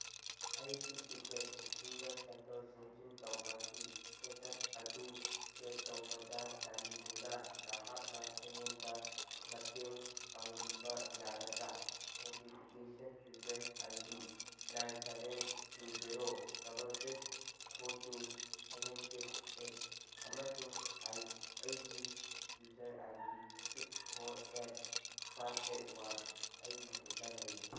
ꯑꯩꯒꯤ ꯇꯤꯀꯦꯠ ꯕꯨꯀꯤꯡꯗ ꯁꯦꯝꯗꯣꯛ ꯁꯦꯝꯖꯤꯟ ꯇꯧꯕꯒꯤ ꯏꯁꯇꯦꯇꯁ ꯑꯗꯨ ꯆꯦꯛ ꯇꯧꯕꯗ ꯆꯥꯟꯕꯤꯗꯨꯅ ꯅꯍꯥꯛꯅ ꯑꯩꯉꯣꯟꯗ ꯃꯇꯦꯡ ꯄꯥꯡꯕꯤꯕ ꯌꯥꯒꯗ꯭ꯔꯥ modification request I D nine seven two zero double six four two seven six eight ꯑꯃꯁꯨꯡ ꯑꯩꯒꯤ user I D six four eight five eight one ꯑꯩꯒꯤ ꯈꯨꯠꯇ ꯂꯩꯔꯦ